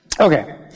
Okay